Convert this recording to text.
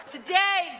Today